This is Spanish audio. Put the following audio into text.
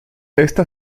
esta